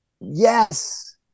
yes